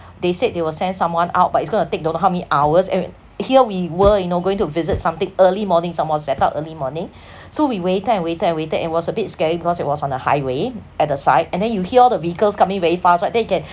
they said they will send someone out but it's going to take don't know how many hours and we here we were you know going to visit something early morning some more set out early morning so we waited and waited and waited it was a bit scary because it was on a highway at the side and then you hear all the vehicles coming very fast right then you can